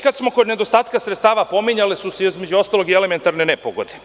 Kada smo već kod nedostatka sredstava, pominjale su se između ostalog i elementarne nepogode.